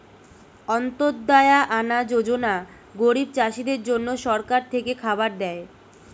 অন্ত্যদায়া আনা যোজনা গরিব চাষীদের জন্য সরকার থেকে খাবার দেয়